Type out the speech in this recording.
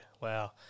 wow